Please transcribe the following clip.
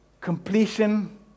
completion